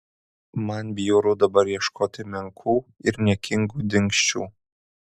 man bjauru dabar ieškoti menkų ir niekingų dingsčių